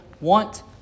want